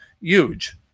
huge